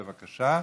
בבקשה.